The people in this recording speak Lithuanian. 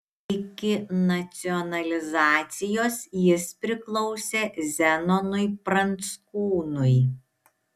iki nacionalizacijos jis priklausė zenonui pranckūnui